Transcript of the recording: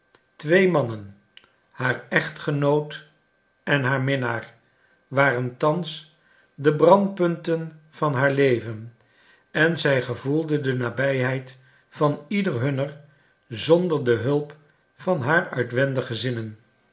twee mannen haar echtgenoot en haar minnaar waren thans de brandpunten van haar leven en zij gevoelde de nabijheid van ieder hunner zonder de hulp van haar uitwendige zinnen